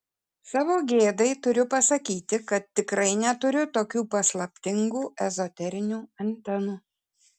savo gėdai turiu pasakyti kad tikrai neturiu tokių paslaptingų ezoterinių antenų